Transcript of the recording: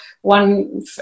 one